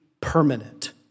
permanent